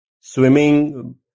swimming